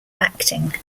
acting